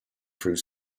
through